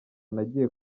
nagiye